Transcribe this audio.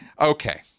Okay